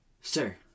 Sir